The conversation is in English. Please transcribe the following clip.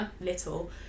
little